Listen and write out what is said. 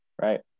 right